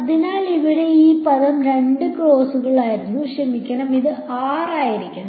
അതിനാൽ ഇവിടെ ഈ പദം രണ്ട് കേസുകളായിരുന്നു ക്ഷമിക്കണം ഇത് r ആയിരിക്കണം